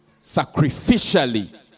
sacrificially